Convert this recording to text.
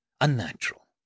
unnatural